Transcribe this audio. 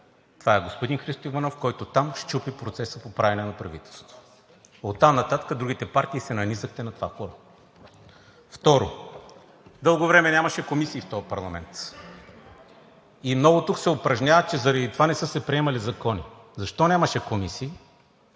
това е господин Христо Иванов, който там счупи процеса по правене на правителство. Оттам нататък другите партии се нанизахте на това хоро. Второ, дълго време нямаше комисии в този парламент и много тук се упражняват, че заради това не са се приемали закони. Защо нямаше комисии?